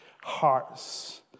hearts